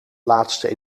laatste